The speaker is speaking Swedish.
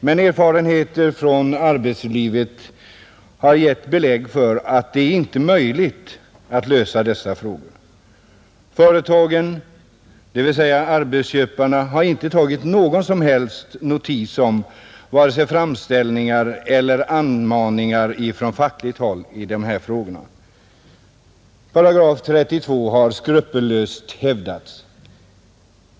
Men erfarenheter från arbetslivet har givit belägg för att det inte är möjligt att lösa dessa frågor, Företagen, dvs. arbetsköparna, har inte tagit någon som helst notis om vare sig framställningar eller anmaningar från fackligt håll i dessa frågor. § 32 har skrupelfritt hävdats.